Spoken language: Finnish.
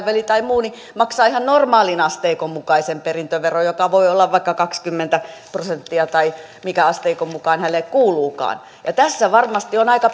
veli tai muu maksaa ihan normaalin asteikon mukaisen perintöveron joka voi olla vaikka kaksikymmentä prosenttia tai minkä asteikon mukaan hänelle kuuluukaan varmasti on aika